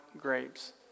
grapes